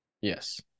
Yes